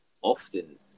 often